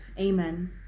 Amen